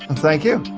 and thank you.